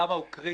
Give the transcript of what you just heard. למה היא קריטית?